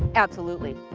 absolutely.